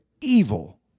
evil